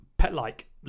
Pet-like